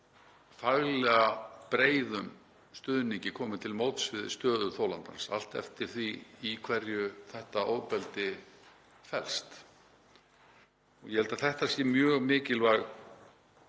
faglega breiðum stuðningi komið til móts við stöðu þolandans, allt eftir því í hverju þetta ofbeldi felst. Ég held að þetta sé mjög mikilvæg